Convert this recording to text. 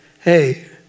hey